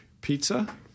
pizza